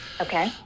Okay